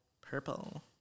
Purple